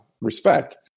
respect